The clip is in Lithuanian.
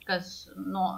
kas nu